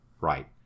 right